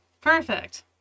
perfect